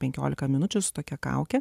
penkiolika minučių su tokia kauke